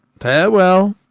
farewell.